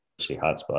hotspot